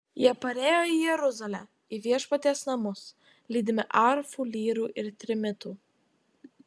jie parėjo į jeruzalę į viešpaties namus lydimi arfų lyrų ir trimitų